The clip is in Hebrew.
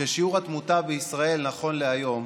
ששיעור התמותה בישראל נכון להיום